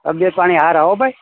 તબિયત પાણી સારા હોં ભાઈ